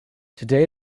today